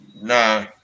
Nah